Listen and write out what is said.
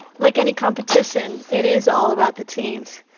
like any competition, it is all about the teams.